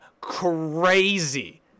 crazy